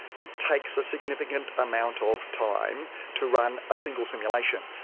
it takes a significant amount of time to run a single simulation,